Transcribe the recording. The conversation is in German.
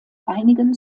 einigen